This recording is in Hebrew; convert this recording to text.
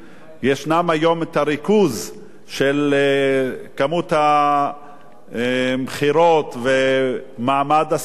יש היום ריכוז של כמות המכירות ומעמד הספרים,